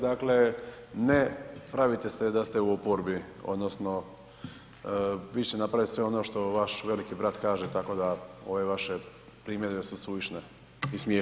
Dakle, ne pravite se da ste u oporbi odnosno vi ćete napraviti sve ono što vaš veliki brat kaže tako da ove vaše primjedbe su suvišne i smiješne.